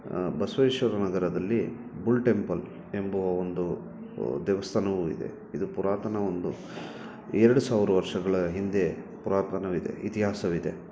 ಬಸವೇಶ್ವರನಗರದಲ್ಲಿ bull temple ಎಂಬುವ ಒಂದು ದೇವಸ್ಥಾನವು ಇದೆ ಇದು ಪುರಾತನ ಒಂದು ಎರಡು ಸಾವಿರ ವರ್ಷಗಳ ಹಿಂದೆ ಪುರಾತನವಿದೆ ಇತಿಹಾಸವಿದೆ